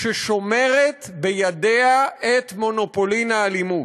ששומרת בידיה את מונופולין האלימות.